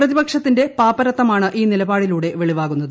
പ്രതിപക്ഷത്തിന്റെ പാപ്പരത്തമാണ് ഈ നിലപാടിലൂടെ വെളിവാകുന്നത്